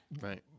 Right